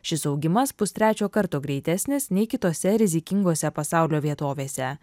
šis augimas pustrečio karto greitesnis nei kitose rizikingose pasaulio vietovėse